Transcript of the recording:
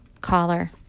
collar